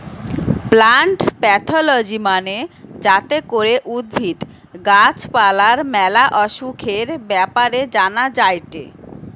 plant pathology মানে যাতে করে উদ্ভিদ, গাছ পালার ম্যালা অসুখের ব্যাপারে জানা যায়টে